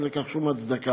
אין לכך שום הצדקה.